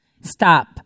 Stop